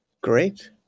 Great